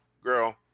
girl